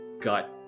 gut